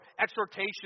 exhortation